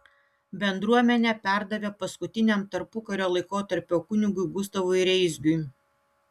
bendruomenę perdavė paskutiniam tarpukario laikotarpio kunigui gustavui reisgiui